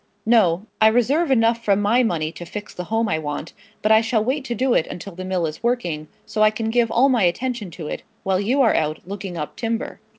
no. i reserve enough from my money to fix the home i want but i shall wait to do it until the mill is working, so i can give all my attention to it, while you are out looking up timber.